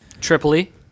Tripoli